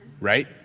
right